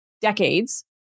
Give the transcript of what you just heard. decades